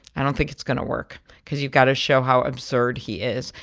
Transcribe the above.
i don't think it's going to work because you've got to show how absurd he is.